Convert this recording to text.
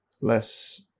less